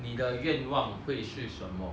你的愿望会是什么